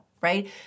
right